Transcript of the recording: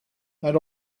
and